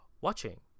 Watching